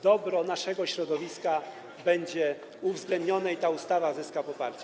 dobro naszego środowiska będzie uwzględnione i ta ustawa zyska poparcie.